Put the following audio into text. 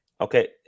Okay